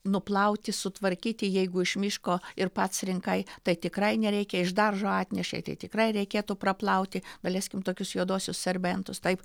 nuplauti sutvarkyti jeigu iš miško ir pats rinkai tai tikrai nereikia iš daržo atnešei tai tikrai reikėtų praplauti daleiskim tokius juoduosius serbentus taip